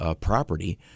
property